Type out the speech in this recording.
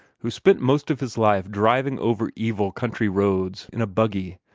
who spent most of his life driving over evil country roads in a buggy,